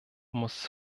muss